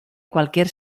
cualquier